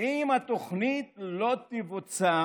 אם התוכנית לא תבוצע